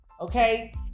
Okay